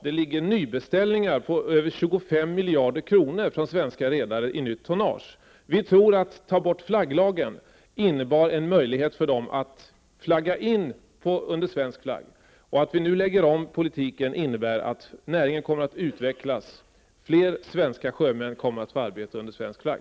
Det ligger beställningar av nytt tonnage från svenska redare på över 25 miljarder kronor. Om man tar bort flagglagen, innebär det en möjlighet för dessa redare att flagga in under svensk flagg. När vi nu lägger om politiken kommer näringen att utvecklas, samtidigt som fler svenska sjömän får arbeta under svensk flagg.